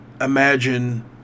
imagine